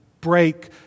break